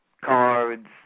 cards